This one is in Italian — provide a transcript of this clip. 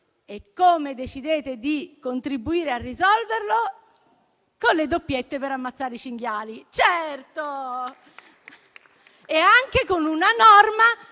Come decidete di contribuire a risolverlo? Con le doppiette per ammazzare i cinghiali. Certo! E anche con una norma